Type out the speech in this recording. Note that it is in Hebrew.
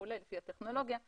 לפי הטכנולוגיה וכולי,